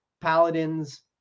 paladins